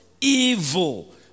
evil